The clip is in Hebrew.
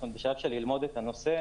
והיו שנים טובות,